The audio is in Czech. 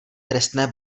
trestné